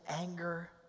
anger